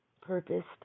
purposed